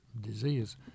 disease